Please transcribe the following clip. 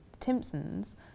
Timpsons